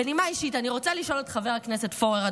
בנימה אישית אני רוצה לשאול את חבר הכנסת פורר,